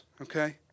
okay